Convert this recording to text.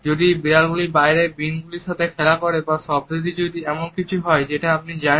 যদি বিড়াল গুলি বাইরে বিন গুলির সাথে খেলা করে বা শব্দটি যদি এমন কোনো কিছুর হয় যেটি আপনি জানেন